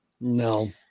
No